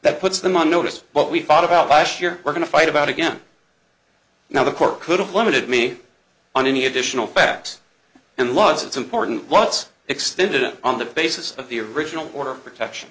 that puts them on notice what we thought about by sheer we're going to fight about again now the court could have limited me on any additional facts and laws it's important what's extended it on the basis of the original order protection